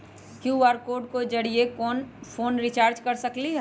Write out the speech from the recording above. QR code के जरिय phone recharge कर सकली ह?